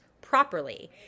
Properly